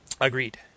agreed